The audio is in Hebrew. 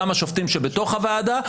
גם השופטים שבתוך הוועדה.